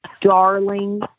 darling